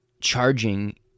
charging